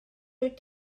wyt